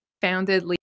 founded